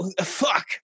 fuck